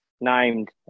named